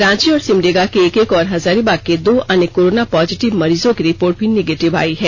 रांची और सिमडेगा के एक एक और हजारीबाग के दो अन्य कोरोना पॉजिटिव मरीजों की रिपोर्ट भी नेगेटिव आई है